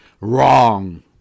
Wrong